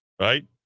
right